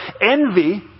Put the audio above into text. Envy